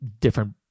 different